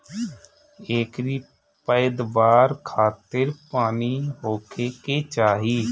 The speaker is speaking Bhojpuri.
एकरी पैदवार खातिर पानी होखे के चाही